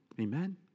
Amen